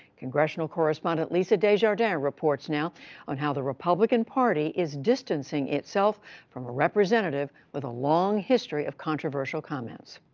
congressional correspondent lisa desjardins reports now on how the republican party is distancing itself from a representative with a long history of controversial comments.